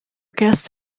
guests